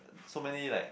so many like